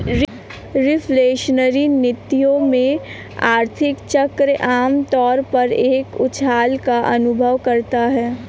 reflationary नीतियों में, आर्थिक चक्र आम तौर पर एक उछाल का अनुभव करता है